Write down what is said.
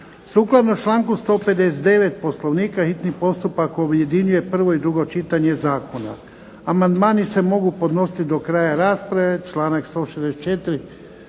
Sukladno članku 159. Poslovnika hitni postupak objedinjuje prvo i drugo čitanje zakona. Amandmani se mogu podnositi do kraja rasprave članak 164.